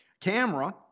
camera